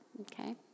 Okay